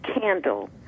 candle